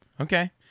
Okay